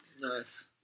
Nice